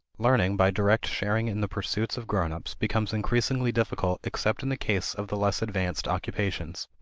learning by direct sharing in the pursuits of grown-ups becomes increasingly difficult except in the case of the less advanced occupations.